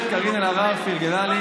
היא מתכוונת,